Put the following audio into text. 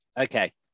okay